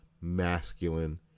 masculine